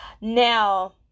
Now